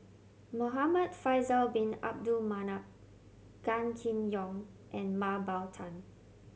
Muhamad Faisal Bin Abdul Manap Gan Kim Yong and Mah Bow Tan